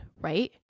right